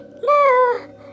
No